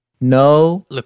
No